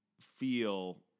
feel